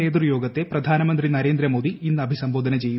നേതൃയോഗത്തെ പ്രധാനമന്ത്രി നരേന്ദ്രമോദി ഇന്ന് അഭിസംബോധന ചെയ്യും